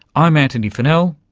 i'm antony funnell,